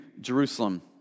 jerusalem